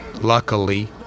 luckily